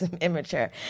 immature